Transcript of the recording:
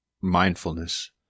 mindfulness